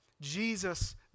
Jesus